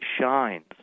shines